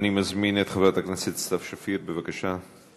אני מזמין את חברת הכנסת סתיו שפיר, בבקשה.